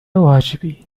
واجبي